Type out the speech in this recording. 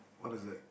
what is that